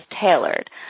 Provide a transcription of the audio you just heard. tailored